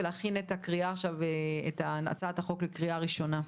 להכין את הצעת החוק לקריאה הראשונה.